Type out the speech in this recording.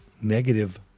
negative